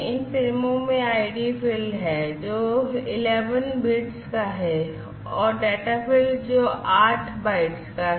इन फ़्रेमों में ID field है जो 11 बिट्स का है और डेटा फ़ील्ड जो 8 बाइट्स का है